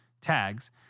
tags